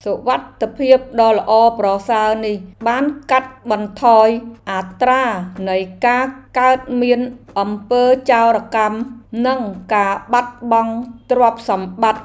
សុវត្ថិភាពដ៏ល្អប្រសើរនេះបានកាត់បន្ថយអត្រានៃការកើតមានអំពើចោរកម្មនិងការបាត់បង់ទ្រព្យសម្បត្តិ។